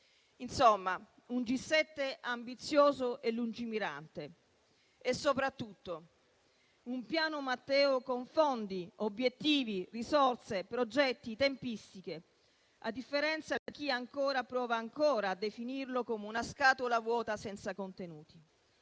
insomma di un G7 ambizioso e lungimirante, e soprattutto un Piano Mattei con fondi, obiettivi, risorse, progetti e tempistiche, a differenza di chi prova ancora a definirlo come una scatola vuota senza contenuti.